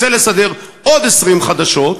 רוצה לסדר עוד 20 דקות חדשות,